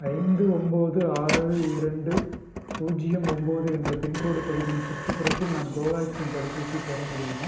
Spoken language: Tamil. ஐந்து ஒம்பது ஆறு இரண்டு பூஜ்ஜியம் ஒம்பது என்ற பின்கோட் பகுதியின் சுற்றுப்புறத்தில் நான் கோவேக்சின் தடுப்பூசி பெற முடியுமா